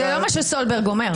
זה לא מה שסולברג אומר.